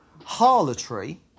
Harlotry